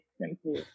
simple